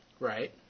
Right